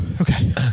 Okay